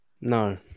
No